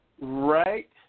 right